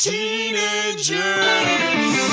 Teenagers